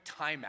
timeout